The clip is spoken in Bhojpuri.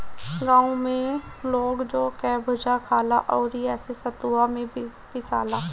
गांव में लोग जौ कअ भुजा खाला अउरी एसे सतुआ भी पिसाला